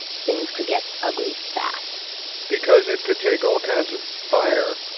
things could get ugly fast because it could take all kinds of fire,